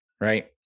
right